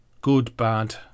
good-bad